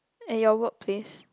at your work place